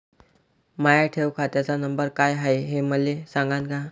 माया ठेव खात्याचा नंबर काय हाय हे मले सांगान का?